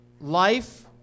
Life